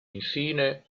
infine